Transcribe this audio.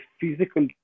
physical